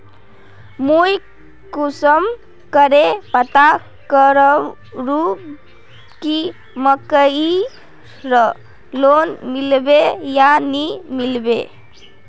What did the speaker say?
मुई कुंसम करे पता करूम की मकईर लोन मिलबे या नी मिलबे?